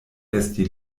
esti